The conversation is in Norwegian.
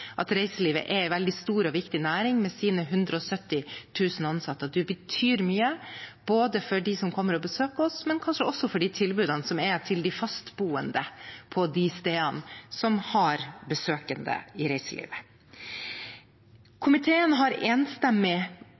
at reiselivet er en veldig stor og viktig næring med sine 170 000 ansatte, og at det betyr mye for de som kommer og besøker oss, men kanskje også for de tilbudene i reiselivet som er til de fastboende på de stedene som har besøkende. Komiteen har enstemmig